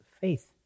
faith